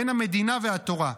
בין המדינה והתורה.